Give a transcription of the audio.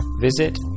visit